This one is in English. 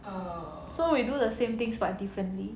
so we do the same things but differently